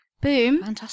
boom